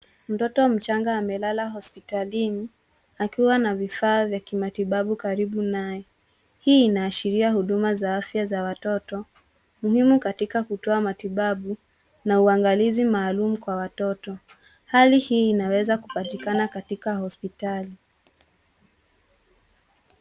Mtoto mchanga amelala hospitalini akiwa na vifaa vya kimatibabu karibu naye. Hii inaashiria huduma ya afya za watoto, muhimu katika kutoa matibabu na uangalizi maalum kwa watoto. Hali hii inaweza kupatikana katika hospitali.